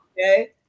okay